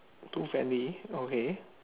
too friendly okay